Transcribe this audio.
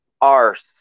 arse